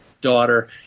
daughter